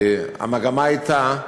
המגמה הייתה,